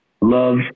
love